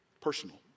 personal